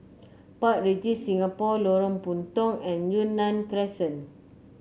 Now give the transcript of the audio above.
Park Regis Singapore Lorong Puntong and Yunnan Crescent